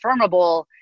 confirmable